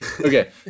Okay